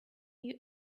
you